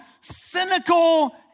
cynical